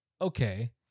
okay